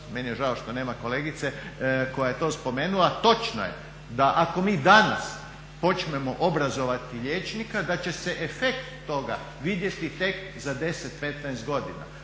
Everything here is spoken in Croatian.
meni je žao što nema kolegice koja je to spomenula, točno je da ako mi danas počnemo obrazovati liječnika da će se efekt toga vidjeti tek za 10, 15 godina.